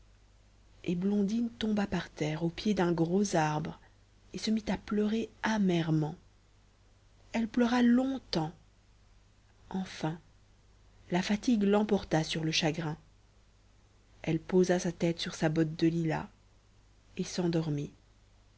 et blondine tomba par terre au pied d'un gros arbre et se mit à pleurer amèrement elle pleura longtemps enfin la fatigue l'emporta sur le chagrin elle posa sa tête sur sa botte de lilas et s'endormit